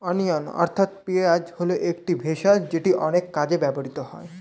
onion অর্থাৎ পেঁয়াজ হল একটি ভেষজ যেটি অনেক কাজে ব্যবহৃত হয়